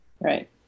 right